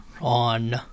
on